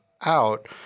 out